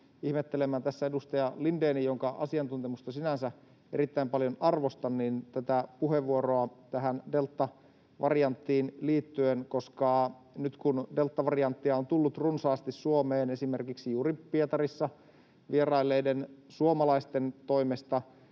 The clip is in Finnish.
ihmettelemään edustaja Lindénin, jonka asiantuntemusta sinänsä erittäin paljon arvostan, puheenvuoroa tähän deltavarianttiin liittyen, koska nyt kun deltavarianttia on tullut runsaasti Suomeen esimerkiksi juuri Pietarissa vierailleiden suomalaisten toimesta,